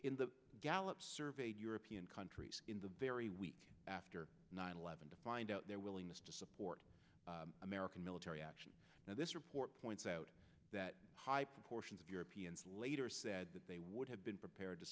in the gallup surveyed european countries in the very week after nine eleven to find out their willingness to support american military action now this report points out that high proportions of europeans later said that they would have been prepared to